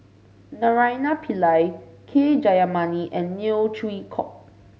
Naraina Pillai K Jayamani and Neo Chwee Kok